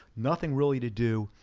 nothing really to do,